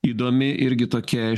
įdomi irgi tokia